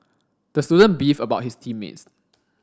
the student beefed about his team mates